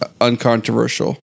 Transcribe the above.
uncontroversial